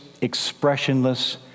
expressionless